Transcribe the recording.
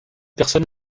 personne